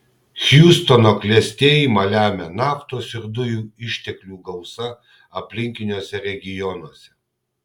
hjustono klestėjimą lemia naftos ir dujų išteklių gausa aplinkiniuose regionuose